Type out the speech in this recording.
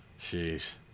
Jeez